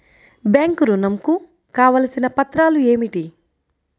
Bank ఋణం కు కావలసిన పత్రాలు ఏమిటి?